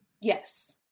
Yes